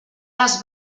les